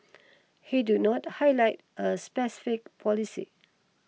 he do not highlight a specific policy